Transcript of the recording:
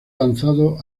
lanzado